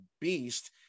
beast